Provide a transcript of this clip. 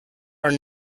are